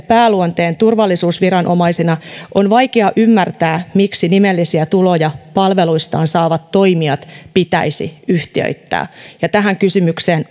pääluonteen turvallisuusviranomaisina on vaikea ymmärtää miksi nimellisiä tuloja palveluistaan saavat toimijat pitäisi yhtiöittää ja tähän kysymykseen